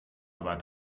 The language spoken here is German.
aber